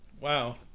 Wow